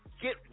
get